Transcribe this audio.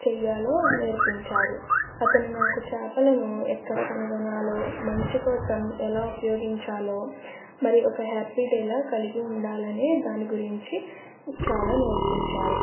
చెయ్యాలో నేర్పించారు అతను నాకు చేపలను ఎక్కడ కనుగొనాలో మంచి కోసం ఎలా ఉపయోగించాలో మరి ఒక హ్యాపీ డేలా కలిగి ఉండాలనే దాని గురించి చాలా నేర్పించారు